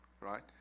right